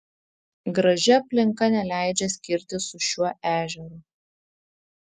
graži aplinka neleidžia skirtis su šiuo ežeru